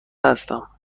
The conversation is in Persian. هستم